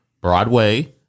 Broadway